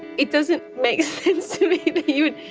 it doesn't make sense to me that you would